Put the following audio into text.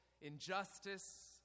injustice